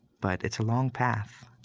but it's a long path,